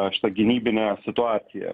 šitą gynybinę situaciją